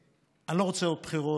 אני לא רוצה עוד בחירות,